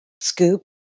scoop